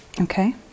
Okay